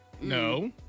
no